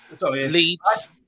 Leeds